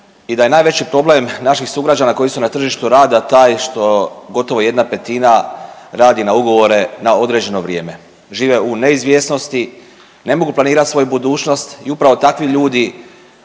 i da je najveći problem naših sugrađana koji su na tržištu rada taj što gotovo jedna petina radi na ugovore na određeno vrijeme. Žive u neizvjesnosti, ne mogu planirati svoju budućnost i upravo takvi ljudi